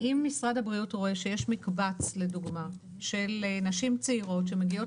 אם משרד הבריאות רואה שיש מקבץ לדוגמה של נשים צעירות שמגיעות